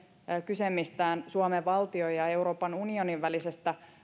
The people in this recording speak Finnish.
kyse mistään suomen valtion ja euroopan unionin välisestä